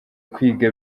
kwiga